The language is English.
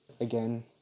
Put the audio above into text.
again